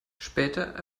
später